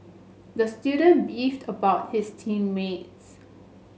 the student beefed about his team mates